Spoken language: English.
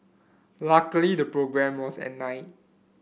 luckily the programme was at night